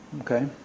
Okay